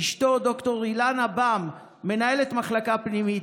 אשתו ד"ר אילנה בהם היא מנהלת מחלקה פנימית.